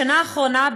בשנה האחרונה,